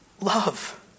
love